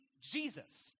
Jesus